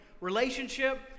Relationship